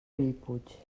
bellpuig